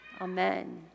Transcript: Amen